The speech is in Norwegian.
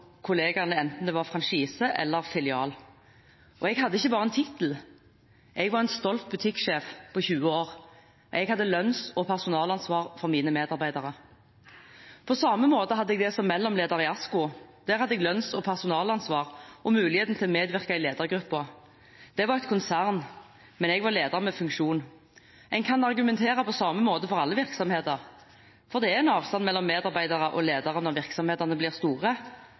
kollegaene, enten det var franchise eller filial. Jeg hadde ikke bare en tittel, jeg var en stolt butikksjef på 20 år. Jeg hadde lønns- og personalansvar for mine medarbeidere. På samme måte hadde jeg det som mellomleder i ASKO. Der hadde jeg lønns- og personalansvar og mulighet til å medvirke i ledergruppen. Det er et konsern, men jeg var leder med funksjon. En kan argumentere på samme måte for alle virksomheter, for det er en avstand mellom medarbeidere og ledere når virksomhetene blir store.